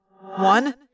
One